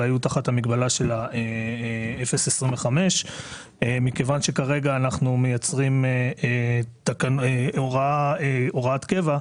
והיו תחת המגבלה של 0.25%. מכיוון שכרגע אנחנו מייצרים הוראת קבע,